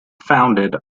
founded